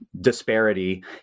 disparity